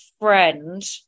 friend